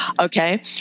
Okay